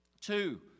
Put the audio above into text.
Two